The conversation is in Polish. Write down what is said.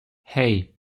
hej